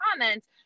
comments